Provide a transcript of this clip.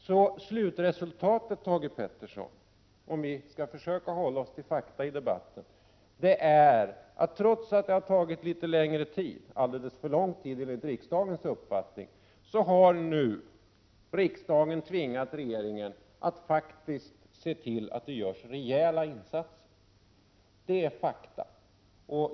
Slutresultatet, Thage G Peterson, om vi skall försöka hålla oss till fakta i debatten, är att trots att det har tagit litet längre tid — alldeles för lång tid enligt riksdagens uppfattning — har riksdagen tvingat regeringen att se till att det görs rejäla insatser. Det är fakta.